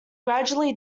gradually